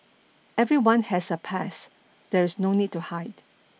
everyone has a past there is no need to hide